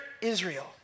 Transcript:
Israel